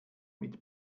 mit